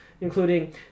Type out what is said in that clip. including